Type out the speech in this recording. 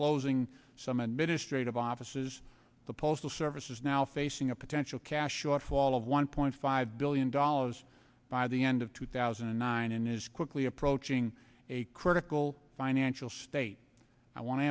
closing some administrative offices the postal service is now facing a potential cash shortfall of one point five billion dollars by the end of two thousand and nine and is quickly approaching a critical financial state i want to